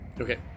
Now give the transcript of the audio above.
okay